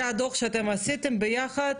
זה הדוח שאתם עשיתם ביחד?